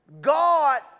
God